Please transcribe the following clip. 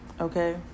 Okay